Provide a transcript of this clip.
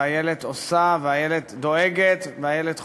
ואיילת עושה, ואיילת דואגת, ואיילת חושבת,